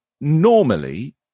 normally